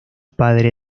padre